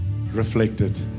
reflected